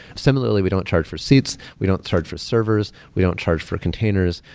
similarly, we don't charge for seats, we don't charge for servers, we don't charge for containers,